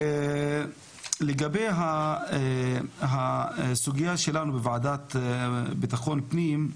לגבי הסוגייה שלנו בוועדת בטחון פנים,